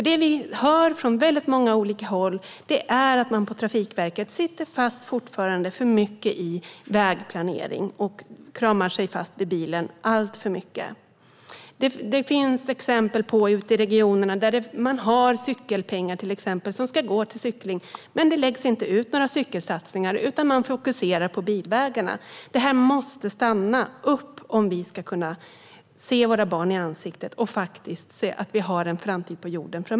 Det vi hör från väldigt många olika håll är nämligen att man på Trafikverket fortfarande sitter fast i vägplanering. Man låser fast sig vid bilen alltför mycket. Det finns exempel ute i regionerna där det finns cykelpengar som ska gå till cykling men där det inte läggs ut några cykelsatsningar. Fokus ligger i stället på bilvägarna. Detta måste stanna upp om vi ska kunna se våra barn i ögonen och om vi ska ha en framtid på jorden.